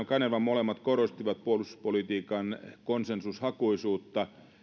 kanerva molemmat korostivat puolustuspolitiikan konsensushakuisuutta